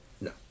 no